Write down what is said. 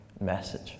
message